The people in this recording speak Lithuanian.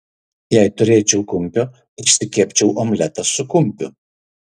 jei turėčiau kumpio išsikepčiau omletą su kumpiu